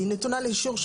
היא נתונה לאישור,